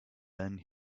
then